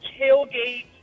tailgate